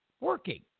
working